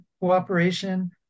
cooperation